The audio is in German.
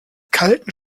kalten